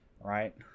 Right